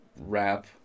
rap